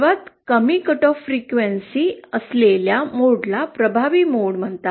सर्वात कमी cut off frequency असलेल्या मोडला प्रभावी मोड म्हणतात